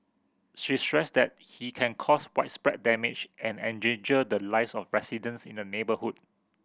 she stressed that he can caused widespread damage and endangered the lives of residents in the neighbourhood